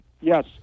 Yes